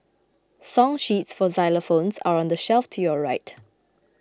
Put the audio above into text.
song sheets for xylophones are on the shelf to your right